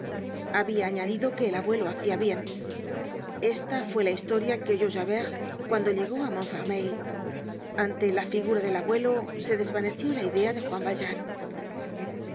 habia añadido que el abuelo hacia bien esta fue la historia que oyó javert cuando llegó á montfermeil ante la figura del abuelo se desvaneció la idea de juan valjean